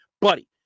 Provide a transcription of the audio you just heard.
buddy